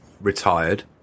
retired